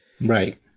right